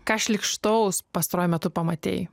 ką šlykštaus pastaruoju metu pamatei